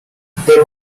the